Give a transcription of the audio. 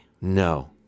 No